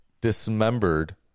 dismembered